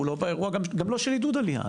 הוא גם לא באירוע של עידוד עלייה.